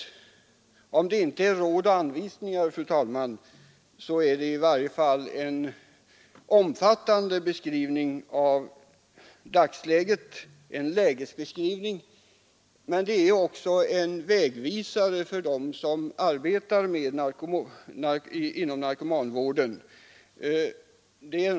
Även om det inte är fråga om råd och anvisningar, fru talman, är det i varje fall en omfattande lägesbeskrivning och en vägvisare för dem som arbetar inom narkomanvården.